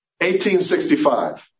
1865